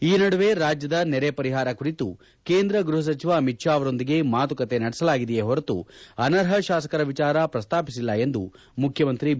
ಈ ನಡುವೆ ರಾಜ್ಜದ ನೆರೆ ಪರಿಹಾರ ಕುರಿತು ಕೇಂದ್ರ ಗೃಹ ಸಚಿವ ಅಮಿತ್ ಶಾ ಅವರೊಂದಿಗೆ ಮಾತುಕತೆ ನಡೆಸಲಾಗಿದೆಯೆ ಹೊರತು ಅನರ್ಹ ಶಾಸಕರ ವಿಚಾರ ಪ್ರಸ್ತಾಪಿಸಿಲ್ಲ ಎಂದು ಮುಖ್ಯಮಂತ್ರಿ ಬಿ